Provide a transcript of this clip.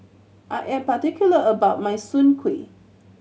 I am particular about my soon kway